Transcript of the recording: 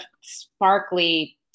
sparkly